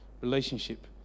relationship